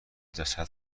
جسد